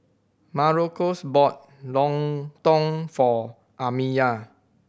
Marcos bought lontong for Amiyah